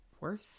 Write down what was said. worth